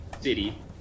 City